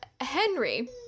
Henry